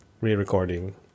re-recording